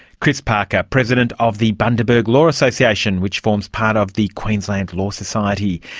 chris parker, president of the bundaberg law association which forms part of the queensland law society.